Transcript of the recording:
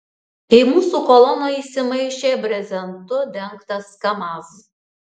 į mūsų koloną įsimaišė brezentu dengtas kamaz